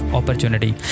opportunity